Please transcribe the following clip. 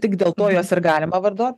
tik dėl to juos ir galima vartot